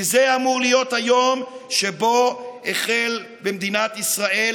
כי זה אמור להיות היום שבו החל במדינת ישראל